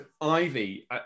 Ivy